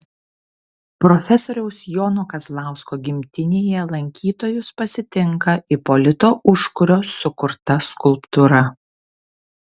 profesoriaus jono kazlausko gimtinėje lankytojus pasitinka ipolito užkurio sukurta skulptūra